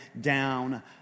down